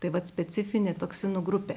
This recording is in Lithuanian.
tai vat specifinė toksinų grupė